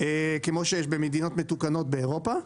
כפי שיש במקומות מתוקנות באירופה.